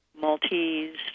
Maltese